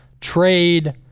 trade